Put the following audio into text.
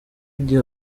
igihe